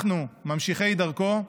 אנחנו, ממשיכי דרכו,